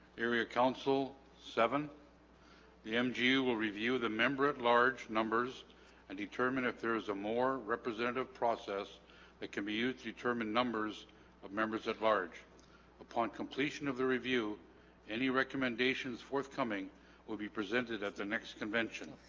area council seven the mg you will review the member at large numbers and determine if there is a more representative process that can be used determined numbers of members at large upon completion of the review any recommendations forthcoming will be presented at the next convention